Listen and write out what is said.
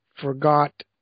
forgot